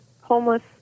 homeless